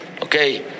okay